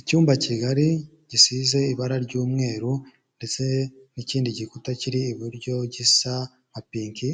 Icyumba kigali gisize ibara ry'umweru ndetse n'ikindi gikuta kiri iburyo, gisa nka pinki,